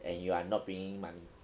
and you are not bringing money